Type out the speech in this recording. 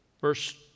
Verse